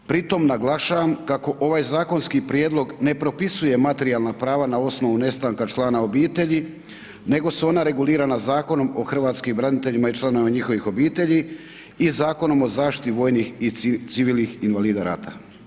Pritom naglašavam kako ovaj zakonski prijedlog ne propisuje materijalna prava na osnovu nestanka člana obitelji nego se ona regulira na Zakonom o hrvatskim braniteljima i članovima njihovih obitelji i Zakonom o zaštiti vojnih i civilnih invalida rata.